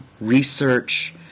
research